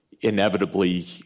inevitably